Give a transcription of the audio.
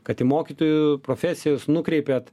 kad į mokytojų profesijas nukreipiat